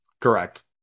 Correct